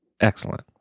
Excellent